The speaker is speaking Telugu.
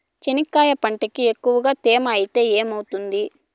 చెనక్కాయ పంటకి ఎక్కువగా తేమ ఐతే ఏమవుతుంది?